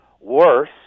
worse